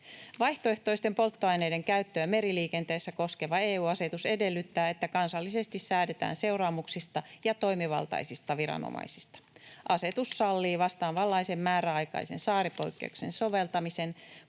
Vaihtoehtoisten polttoaineiden käyttöä meriliikenteessä koskeva EU-asetus edellyttää, että kansallisesti säädetään seuraamuksista ja toimivaltaisista viranomaisista. Asetus sallii vastaavanlaisen määräaikaisen saaripoikkeuksen soveltamisen